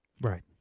Right